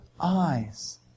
eyes